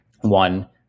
one